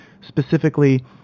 specifically